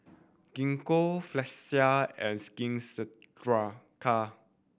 Gingko Floxia and Skin